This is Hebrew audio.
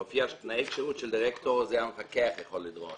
מופיע תנאי כשירות של דירקטור שהמפקח יכול לדרוש